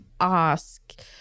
ask